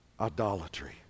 idolatry